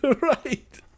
Right